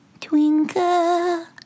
Twinkle